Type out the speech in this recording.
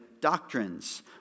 doctrines